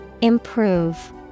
Improve